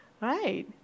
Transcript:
Right